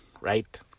right